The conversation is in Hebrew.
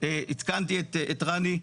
עדכנתי את רני,